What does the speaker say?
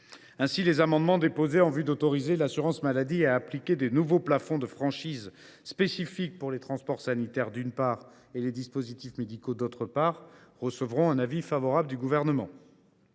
ainsi, les amendements déposés en vue d’autoriser l’assurance maladie à appliquer de nouveaux plafonds de franchises spécifiques pour les transports sanitaires, d’une part, et les dispositifs médicaux, d’autre part, recevront un avis favorable. Compte